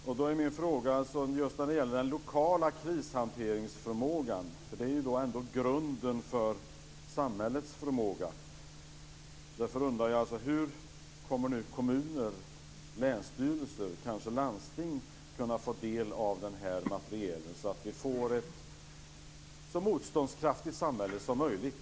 Då har jag en fråga om den lokala krishanteringsförmågan, för det är ändå grunden för samhällets förmåga: Hur kommer kommuner, länsstyrelser och landsting att få del av denna materiel så att vi får ett så motståndskraftigt samhälle som möjligt?